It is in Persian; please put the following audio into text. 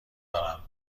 دارم